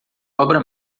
obra